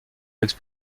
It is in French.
dans